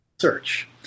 search